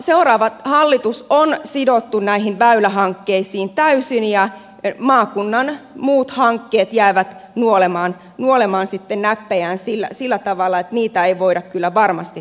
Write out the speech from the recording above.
seuraava hallitus on sidottu näihin väylähankkeisiin täysin ja maakunnan muut hankkeet jäävät nuolemaan sitten näppejään sillä tavalla että niitä ei voida kyllä varmasti toteuttaa